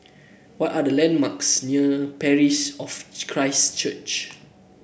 what are the landmarks near Parish of Christ Church